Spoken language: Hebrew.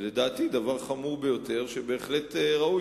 לדעתי זה דבר חמור ביותר ובהחלט ראוי